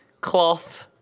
cloth